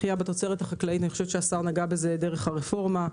השר דיבר על זה בהקשר של הרפורמה.